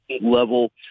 level